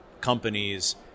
companies